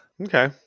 Okay